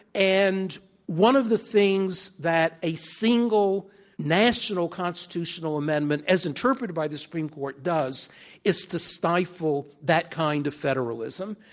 and one of the things that a single national constitutional amendment as interpreted by the supreme court does is to stifle that kind of federalism.